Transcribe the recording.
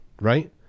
right